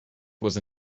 was